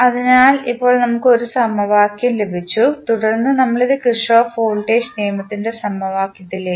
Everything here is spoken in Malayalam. അതിനാൽ ഇപ്പോൾ നമുക്ക് 1 സമവാക്യം ലഭിച്ചു തുടർന്ന് നമ്മൾ ഇത് കിർചോഫ് വോൾട്ടേജ് നിയമ സമവാക്യത്തിലേക്ക്